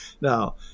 Now